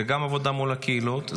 זה גם עבודה מול הקהילות,